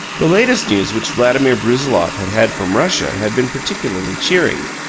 the latest news which vladimir brusiloff had had from russia had been particularly cheering.